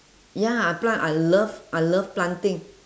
ya I plant I love I love planting